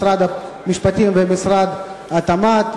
משרד המשפטים ומשרד התמ"ת.